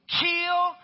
kill